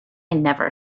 never